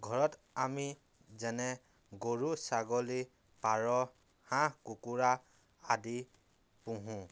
ঘৰত আমি যেনে গৰু ছাগলী পাৰ হাঁহ কুকুৰা আদি পোহো